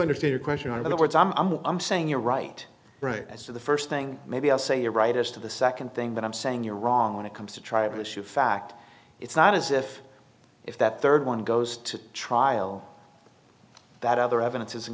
understand your question are the words i'm i'm what i'm saying you're right right as to the first thing maybe i'll say you're right as to the second thing but i'm saying you're wrong when it comes to try to shoot fact it's not as if if that third one goes to trial that other evidence is